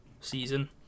season